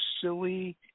silly